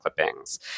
clippings